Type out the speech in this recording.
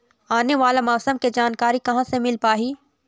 आने वाला मौसम के जानकारी कहां से मिल पाही?